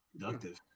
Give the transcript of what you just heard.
productive